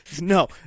no